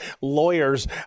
lawyers